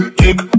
kick